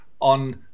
on